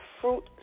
fruit